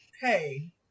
hey